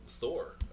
Thor